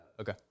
Okay